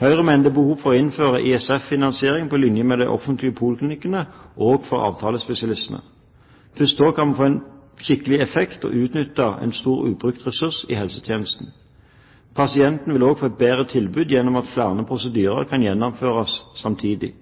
Høyre mener det er behov for å innføre ISF-finansiering på linje med det de har i de offentlige poliklinikkene, også for avtalespesialistene. Først da kan vi få en skikkelig effekt og kunne utnytte en stor ubrukt ressurs i helsetjenesten. Pasienten vil også få et bedre tilbud gjennom at flere prosedyrer kan gjennomføres samtidig.